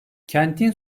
kentin